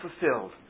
fulfilled